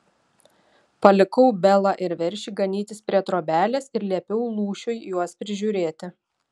palikau belą ir veršį ganytis prie trobelės ir liepiau lūšiui juos prižiūrėti